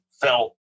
felt